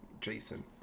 Jason